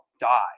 die